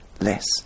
less